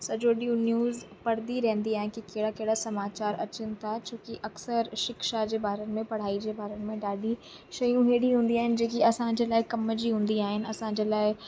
सजो ॾींहुं न्यूज़ पढ़ंदी रहंदी आहियां की कहिड़ा कहिड़ा समाचार अचनि था छो की अक्सरु शिक्षा जे बारे में पढ़ाई जे बारे में ॾाढी शयूं अहिड़ी हुंदी जेकी असांजे लाइ कम हुंदी आहिनि असांजे लाइ